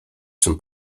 czym